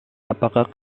apakah